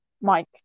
Mike